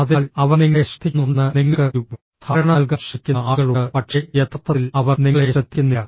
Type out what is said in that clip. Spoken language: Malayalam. അതിനാൽ അവർ നിങ്ങളെ ശ്രദ്ധിക്കുന്നുണ്ടെന്ന് നിങ്ങൾക്ക് ഒരു ധാരണ നൽകാൻ ശ്രമിക്കുന്ന ആളുകളുണ്ട് പക്ഷേ യഥാർത്ഥത്തിൽ അവർ നിങ്ങളെ ശ്രദ്ധിക്കുന്നില്ല